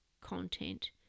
content